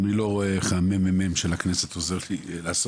אני לא רואה איך הממ"מ של הכנסת עוזר לאסוף